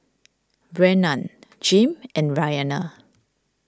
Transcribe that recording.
Brennan Jim and Rianna